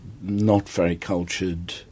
not-very-cultured